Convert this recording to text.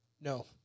No